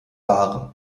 wahren